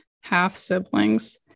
half-siblings